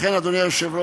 לכן, אדוני היושב-ראש,